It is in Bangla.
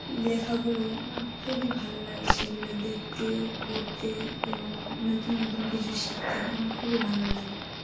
লেখাগুলো আমার খুবই ভালো লাগে সেগুলো দেখতে পড়তে এবং নতুন নতুন কিছু শিখতে আমার খুবই ভালো লাগে